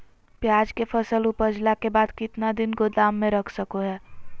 प्याज के फसल उपजला के बाद कितना दिन गोदाम में रख सको हय?